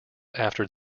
after